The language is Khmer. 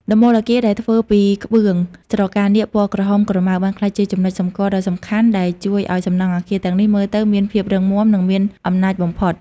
ដំបូលអគារដែលធ្វើពីក្បឿងស្រកានាគពណ៌ក្រហមក្រមៅ បានក្លាយជាចំណុចសម្គាល់ដ៏សំខាន់ដែលជួយឱ្យសំណង់អគារទាំងនេះមើលទៅមានភាពរឹងមាំ និងមានអំណាចបំផុត។